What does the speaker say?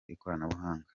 ikoranabuhanga